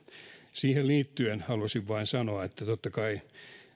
siihen liittyen haluaisin vain sanoa että totta kai